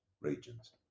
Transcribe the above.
regions